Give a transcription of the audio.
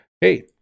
Hey